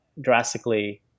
drastically